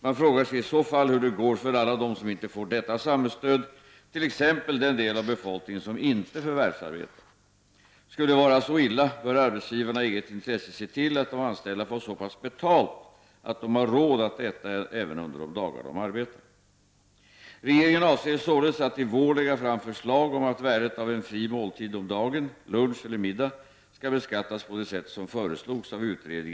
Man frågar sig i så fall hur det går för alla dem som inte får detta samhällsstöd, t.ex. den del av befolkningen som inte förvärvsarbetar. Skulle det vara så illa bör arbetsgivarna i eget intresse se till att de anställda får så pass betalt att de har råd att äta även under de dagar de arbetar. Regeringen avser således att i vår lägga fram förslag om att värdet av en